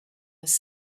was